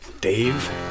Dave